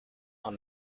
are